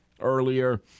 earlier